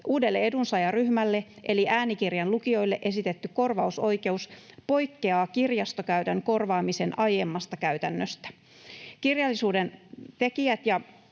Uudelle edunsaajaryhmälle eli äänikirjan lukijoille esitetty korvausoikeus poikkeaa kirjastokäytön korvaamisen aiemmasta käytännöstä. Kirjallisuuden tekijät ja